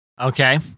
Okay